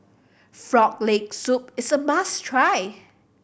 Frog Leg Soup is a must try